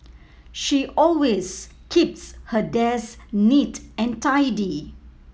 she always keeps her desk neat and tidy